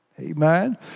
Amen